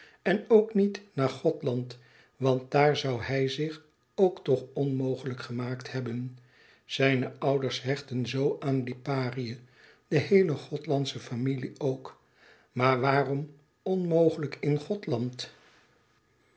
en ook niet naar gothland want daar zoû hij zich ook toch onmogelijk gemaakt hebben zijne ouders hechtten zoo aan liparië de heele gothlandsche familie ook maar waarom onmogelijk in gothland